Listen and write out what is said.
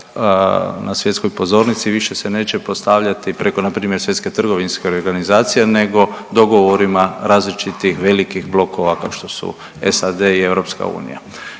na svjetskoj pozornici više se neće postavljati preko npr. Svjetske trgovinske organizacije nego dogovorima različitih velikih blokova kao što su SAD i EU. I to je